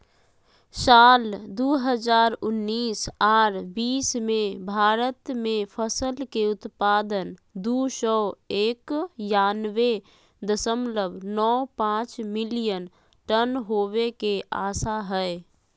साल दू हजार उन्नीस आर बीस मे भारत मे फसल के उत्पादन दू सौ एकयानबे दशमलव नौ पांच मिलियन टन होवे के आशा हय